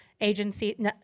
agency